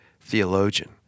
theologian